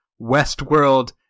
Westworld